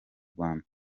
rwanda